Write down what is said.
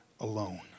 alone